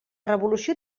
revolució